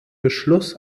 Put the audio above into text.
beschluss